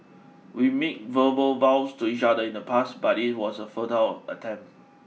we made verbal vows to each other in the past but it was a futile attempt